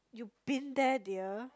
you been there dear